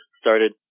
started